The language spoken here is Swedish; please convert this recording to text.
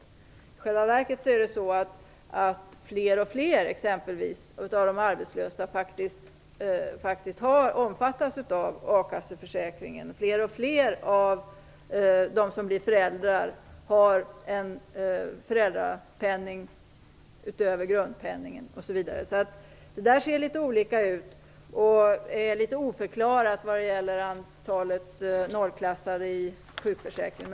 I själva verket är det fler och fler av de arbetslösa som faktiskt omfattas av a-kasseförsäkringen. Fler och fler av dem som blir föräldrar har en föräldrapenning utöver grundpenningen osv. Detta ser litet olika ut. Det är litet oförklarat när det gäller antalet nollklassade i sjukförsäkringen.